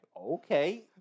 okay